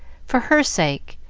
for her sake,